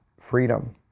freedom